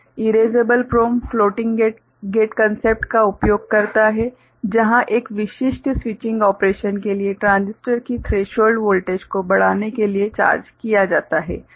erasable PROM floating gate concept का उपयोग करता है जहां एक विशिष्ट स्विचिंग ऑपरेशन के लिए ट्रांजिस्टर की थ्रेशोल्ड वोल्टेज को बढ़ाने के लिए चार्ज किया जाता है